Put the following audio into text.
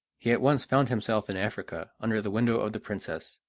he at once found himself in africa, under the window of the princess,